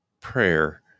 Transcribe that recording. prayer